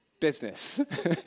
business